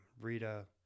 Rita